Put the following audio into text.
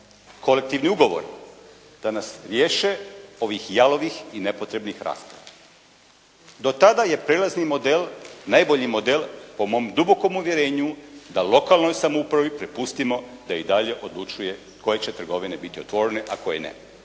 kolektivni ugovor, da nas riješe ovih jalovih i nepotrebnih rasprava. Do tada je prijelazni model najbolji model po mom dubokom uvjerenju da lokalnoj samoupravi prepustimo da i dalje odlučuje koje će trgovine biti otvorene a koje ne,